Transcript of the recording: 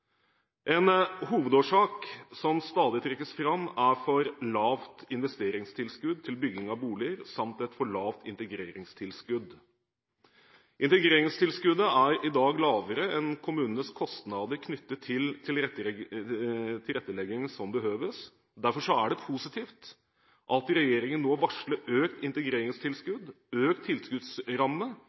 En hovedårsak som stadig trekkes fram, er et for lavt investeringstilskudd til bygging av boliger samt et for lavt integreringstilskudd. Integreringstilskuddet er i dag lavere enn kommunenes kostnader knyttet til tilretteleggingen som behøves. Derfor er det positivt at regjeringen nå varsler økt integreringstilskudd, økt tilskuddsramme